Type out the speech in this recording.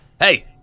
Hey